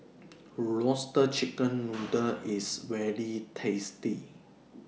Roasted Chicken Noodle IS very tasty